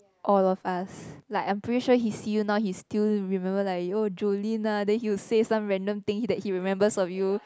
all of us like I'm pretty sure he see you now he still remember like oh Joelyn ah then he will say some random things that he remembers of you